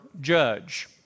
judge